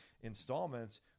installments